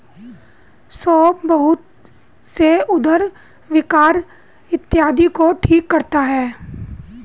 सौंफ बहुत से उदर विकार इत्यादि को ठीक करता है